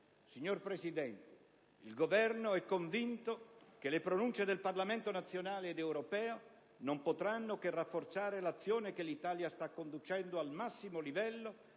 Signor Presidente, il Governo è convinto che le pronunce del Parlamento nazionale ed europeo non potranno che rafforzare l'azione che l'Italia sta conducendo, al massimo livello